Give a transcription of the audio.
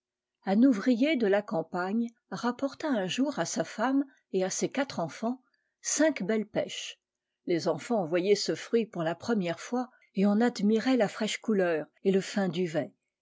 un ouvrier de la campagne rapporta un jour à sa femme et à ses quatre enfants cinq belles pêches les enfants voyaient ce fruit pour la première fois et en admiraient la fraîche couleur et le lin duvet